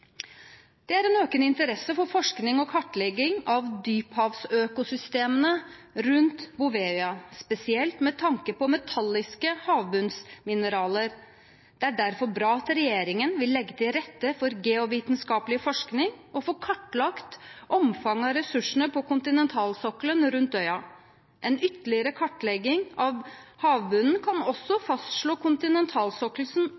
Det er en økende interesse for forskning og kartlegging av dyphavsøkosystemene rundt Bouvetøya, spesielt med tanke på metalliske havbunnsmineraler. Det er derfor bra at regjeringen vil legge til rette for geovitenskapelig forskning og få kartlagt omfanget av ressursene på kontinentalsokkelen rundt øya. En ytterligere kartlegging av havbunnen kan også